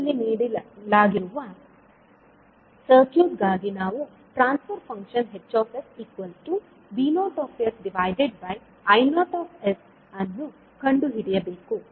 ಚಿತ್ರದಲ್ಲಿ ನೀಡಲಾಗಿರುವ ಸರ್ಕ್ಯೂಟ್ ಗಾಗಿ ನಾವು ಟ್ರಾನ್ಸ್ ಫರ್ ಫಂಕ್ಷನ್ HsV0I0 ಅನ್ನು ಕಂಡುಹಿಡಿಯಬೇಕು